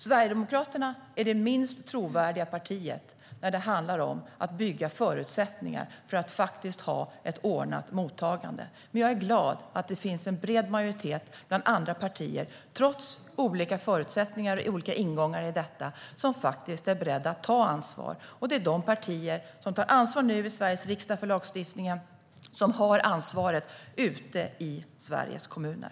Sverigedemokraterna är det minst trovärdiga partiet när det handlar om att bygga förutsättningar för ett ordnat mottagande. Jag är glad att det finns en bred majoritet bland andra partier som faktiskt är beredda att ta ansvar, trots olika förutsättningar och olika ingångar i detta. Det är de partier som nu tar ansvar i Sveriges riksdag för lagstiftningen som har ansvaret ute i Sveriges kommuner.